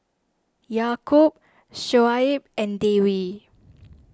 Yaakob Shoaib and Dewi